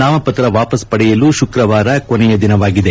ನಾಮಪತ್ರ ವಾಪಸ್ ಪಡೆಯಲು ಶುಕ್ರವಾರ ಕೊನೆಯ ದಿನವಾಗಿದೆ